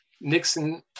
Nixon